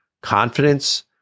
confidence